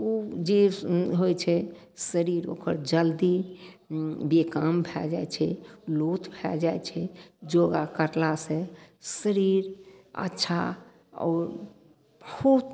उ जे होइ छै शरीर ओकर जल्दी बेकाम भए जाइ छै लोथ भए जाइ छै योगा करलासँ शरीर अच्छा आओर बहुत